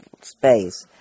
space